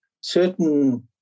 certain